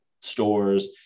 stores